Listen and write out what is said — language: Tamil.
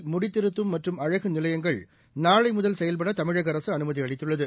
தவிர முடித்திருத்தும் மற்றும் அழகுநிலையங்கள் நாளைமுதல் செயல்படதமிழகஅரசுஅனுமதிஅளித்துள்ளது